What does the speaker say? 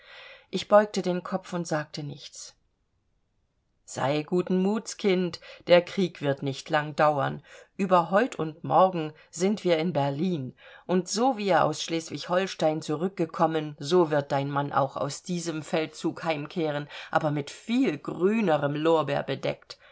ich beugte den kopf und sagte nichts sei guten mut's kind der krieg wird nicht lang dauern über heut und morgen sind wir in berlin und so wie er aus schleswig holstein zurückgekommen so wird dein mann auch aus diesem feldzug heimkehren aber mit viel grünerem lorbeer bedeckt